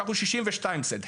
שאנחנו 62 סנט.